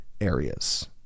areas